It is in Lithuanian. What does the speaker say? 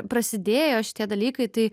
prasidėjo šitie dalykai tai